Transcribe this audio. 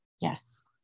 Yes